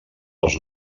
als